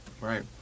right